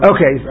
Okay